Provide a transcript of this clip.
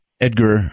edgar